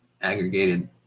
aggregated